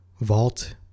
Vault